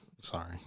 Sorry